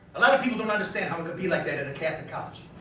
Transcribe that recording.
a lotta people don't understand how i could be like that at a catholic college,